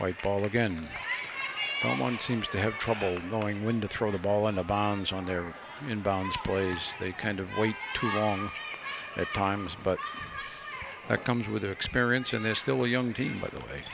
white ball again someone seems to have trouble knowing when to throw the ball on the bonds on their inbounds plays they kind of wait too long at times but that comes with experience and they're still a young team by the way